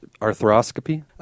Arthroscopy